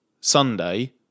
Sunday